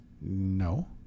No